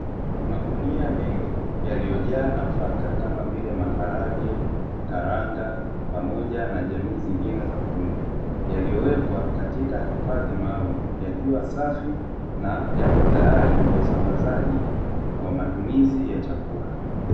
Magunia mengi yaliyojaa nafaka kama vile: maharage, karanga, pamoja na jamii zingine za kundi. Yaliyowekwa katika hifadhi maalumu yakiwa safi na yapo tayari kwa usambazaji wa matumizi ya chakula.